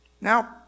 Now